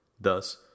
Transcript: thus